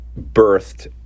birthed